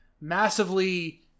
massively